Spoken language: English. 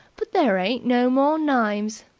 but there ain't no more names.